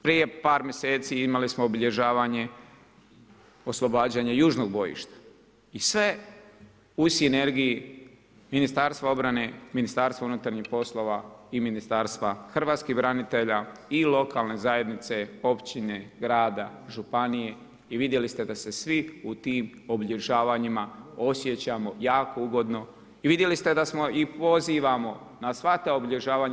Prije par mjeseci imali smo obilježavanje oslobađanje južnog bojišta i sve u sinergiji Ministarstva obrane, MUP-a i Ministarstva hrvatskih branitelja i lokalne zajednice, općine, grada, županije i vidjeli ste da se svi u tim obilježavanjima osjećamo jako ugodno i vidjeli ste da smo i pozivamo na sva ta obilježavanja.